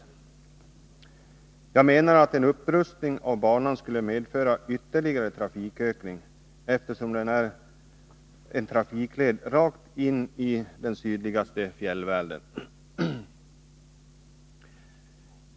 En upprustning av den skulle enligt min mening medföra ytterligare trafikökning, eftersom denna trafikled går rakt in i den sydligaste fjällvärlden.